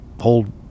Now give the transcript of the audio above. hold